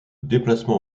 déplacement